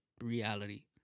reality